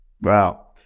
Wow